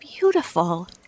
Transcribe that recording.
beautiful